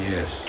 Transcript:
Yes